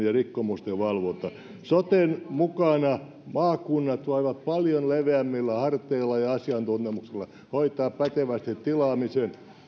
ja rikkomusten valvonta soten mukana maakunnat voivat paljon leveämmillä harteilla ja asiantuntemuksella hoitaa pätevästi tilaamisen